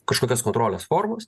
kažkokias kontrolės formas